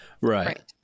Right